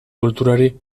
kulturari